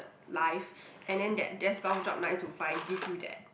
life and then that desk bound job nine to five give you that